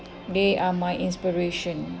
they are my inspiration